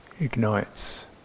Ignites